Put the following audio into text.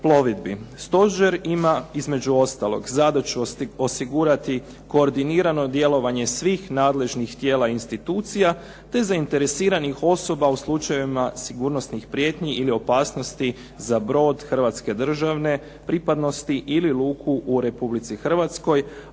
Stožer ima, između ostalog, zadaću osigurati koordinirano djelovanje svih nadležnih tijela institucija, te zainteresiranih osoba u slučajevima sigurnosnih prijetnji ili opasnosti za brod hrvatske državne pripadnosti ili luku u Republici Hrvatskoj,